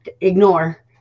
Ignore